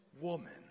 woman